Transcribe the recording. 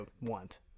want